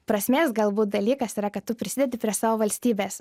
prasmės galbūt dalykas yra kad tu prisidedi prie savo valstybės